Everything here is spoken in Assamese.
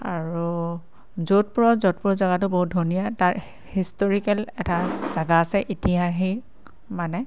আৰু য'ধপুৰ য'ধপুৰ জেগাটো বহুত ধুনীয়া তাৰ হিষ্টৰিকেল এটা জেগা আছে ইতিহাসিক মানে